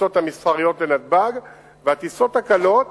הטיסות המסחריות לנתב"ג והטיסות הקלות